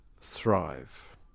thrive